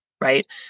Right